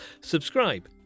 Subscribe